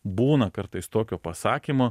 būna kartais tokio pasakymo